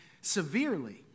severely